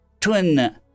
Twin